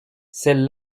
celle